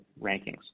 rankings